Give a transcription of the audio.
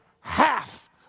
half